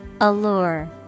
Allure